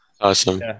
Awesome